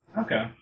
Okay